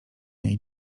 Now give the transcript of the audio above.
niej